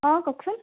অ কওকচোন